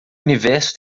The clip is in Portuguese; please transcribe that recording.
universo